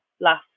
last